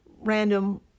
random